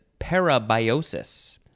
parabiosis